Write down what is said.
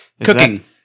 Cooking